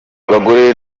bagore